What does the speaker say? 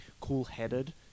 cool-headed